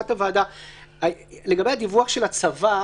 לגבי הדיווח של הצבא,